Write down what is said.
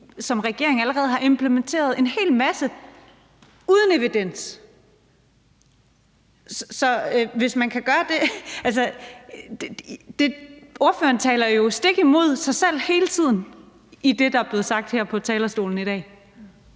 som regering allerede har implementeret en hel masse uden evidens. Ordføreren taler stik imod sig selv hele tiden i det, der er blevet sagt her på talerstolen i dag.